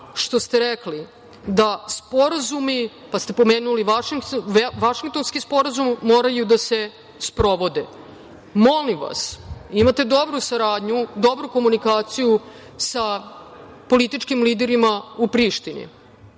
što ste rekli da sporazumi, pa ste spomenuli Vašingtonski sporazum, moraju da se sprovode. Molim vas, imate dobru saradnju, dobru komunikaciju sa političkim liderima u Prištini.